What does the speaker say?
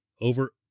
over